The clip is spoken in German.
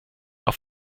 auf